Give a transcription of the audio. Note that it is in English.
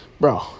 Bro